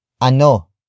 Ano